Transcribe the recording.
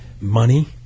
money